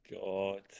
God